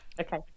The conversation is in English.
okay